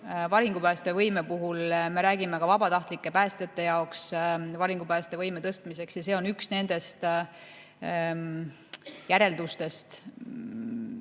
Varingupäästevõime puhul me räägime ka vabatahtlike päästjate varingupäästevõime tõstmisest. See on üks nendest järeldustest, mille